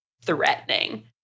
threatening